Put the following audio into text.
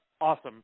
awesome